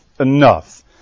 enough